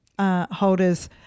holders